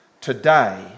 Today